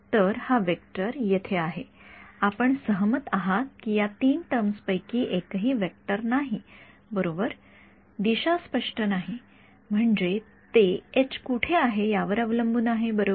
तर हा वेक्टर येथे आहे आपण सहमत आहात की या 3 टर्म्सपैकी एकही वेक्टर नाही बरोबर दिशा स्पष्ट नाही म्हणजे ते एच कुठे आहे यावर अवलंबून आहे बरोबर